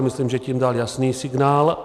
Myslím, že tím dal jasný signál.